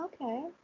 Okay